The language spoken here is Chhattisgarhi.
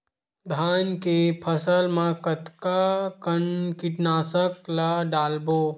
धान के फसल मा कतका कन कीटनाशक ला डलबो?